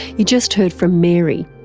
you just heard from mary.